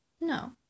no